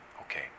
Okay